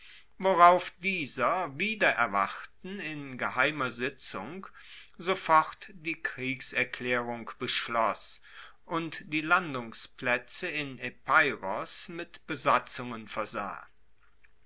worauf dieser wider erwarten in geheimer sitzung sofort die kriegserklaerung beschloss und die landungsplaetze in epeiros mit besatzungen versah